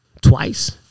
Twice